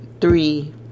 three